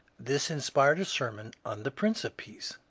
this inspired a sermon on the prince of peace.